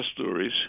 stories